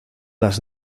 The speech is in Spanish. las